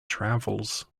travels